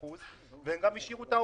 זה מפריע.